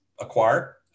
acquire